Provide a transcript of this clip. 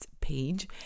page